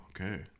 Okay